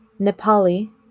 Nepali